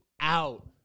out